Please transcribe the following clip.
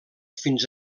fins